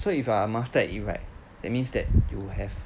so if I master at it right that means that you have